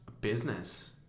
business